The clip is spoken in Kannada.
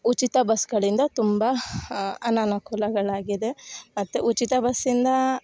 ಉಚಿತ ಬಸ್ಗಳಿಂದ ತುಂಬ ಅನಾನುಕೂಲಗಳಾಗಿದೆ ಮತ್ತು ಉಚಿತ ಬಸ್ಸಿಂದ